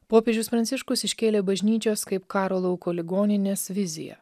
popiežius pranciškus iškėlė bažnyčios kaip karo lauko ligoninės viziją